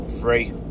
free